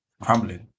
crumbling